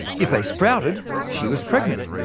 if they sprouted, she was pregnant.